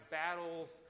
battles